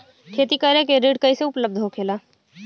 खेती करे के ऋण कैसे उपलब्ध होखेला?